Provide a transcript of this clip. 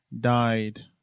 died